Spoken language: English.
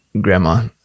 grandma